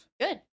Good